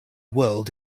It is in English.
world